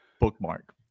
bookmark